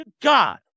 God